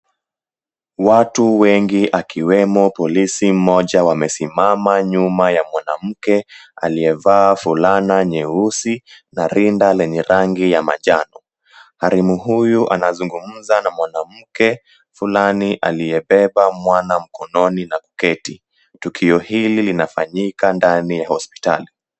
Watu wengi akiwemo polisi mmoja wamesimama nyuma ya mwanamke aliyevaa fulana nyeusi na rinda lenye rangi ya majano. Harimu huyu anazungumza na mwanamke fulani aliyebeba mwana mkononi na kuketi. Tukio hili linafanyika ndani ya hospitali.